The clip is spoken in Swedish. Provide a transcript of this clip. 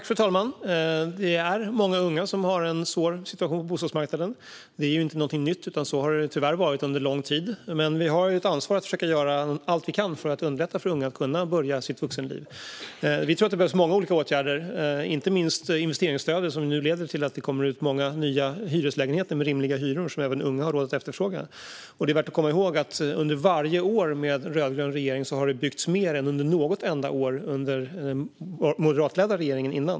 Fru talman! Många unga har en svår situation på bostadsmarknaden. Detta är inte något nytt, utan så har det tyvärr varit under lång tid. Men vi har ett ansvar att göra allt vi kan för att underlätta för unga att börja sitt vuxenliv. Vi tror att det behövs många olika åtgärder, inte minst investeringsstödet, som nu leder till att det kommer ut många nya hyreslägenheter med rimliga hyror, som även unga har råd att efterfråga. Det är värt att komma ihåg att det under varje år med rödgrön regering har byggts mer än under något enda år innan med moderatledd regering.